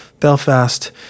Belfast